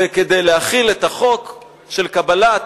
כדי להחיל את החוק של קבלת